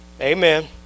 amen